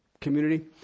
community